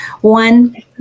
one